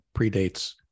predates